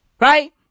Right